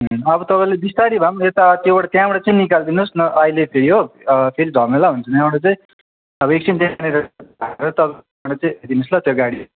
अब तपाइँले बिस्तारी भए पनि यता त्योबाट त्यहाँबाट चाहिँ निकालिदिनुहोस् न अहिले फेरि हो फेरि झमेला हुन्छ अब एकछिन त्यहाँनिर दिनुहोस् ल त्यो गाडी